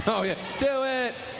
so yeah do it!